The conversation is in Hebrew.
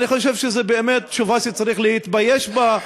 אני חושב שזאת באמת תשובה שצריך להתבייש בה,